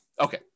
Okay